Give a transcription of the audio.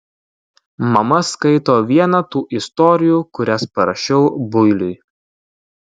mama skaito vieną tų istorijų kurias parašiau builiui